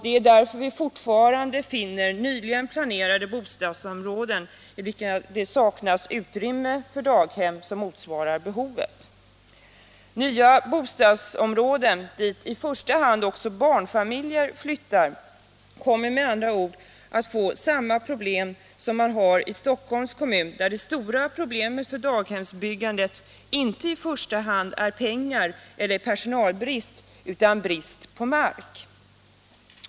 Det är därför vi fortfarande finner nyligen planerade bostadsområden, i vilka det saknas utrymme för daghem som motsvarar behovet. Nya bostadsområden, dit i första hand barnfamiljer flyttar, kommer med andra ord att få samma bekymmer som man har i Stockholms kommun, där det stora problemet med daghemsbyggandet inte i första hand är pengar eller personalbrist utan brist på mark.